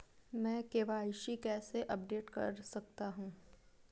मैं के.वाई.सी कैसे अपडेट कर सकता हूं?